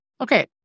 okay